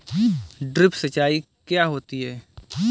Drip सिंचाई क्या होती हैं?